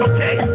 Okay